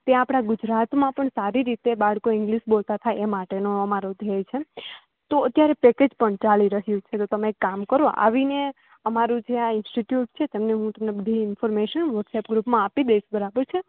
તે આપણા ગુજરાતમાં પણ સારી રીતે બાળકો ઇંગ્લિશ બોલતા થાય એ માટેનો અમારો ધ્યેય છે તો અત્યારે પેકેજ પણ ચાલી રહ્યું છે તો તમે એક કામ કરો આવીને અમારું જે આ ઇન્સ્ટિટ્યૂટ છે તમને હું તમને બધી ઇન્ફોર્મેશન વોટ્સએપના ગ્રૂપમાં આપી દઇશ બરાબર છે